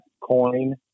coin